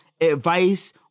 advice